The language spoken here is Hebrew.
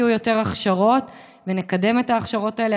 ככל שיהיו יותר הכשרות ונקדם את ההכשרות האלה,